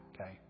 Okay